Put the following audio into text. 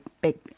big